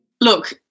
Look